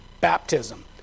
Baptism